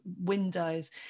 windows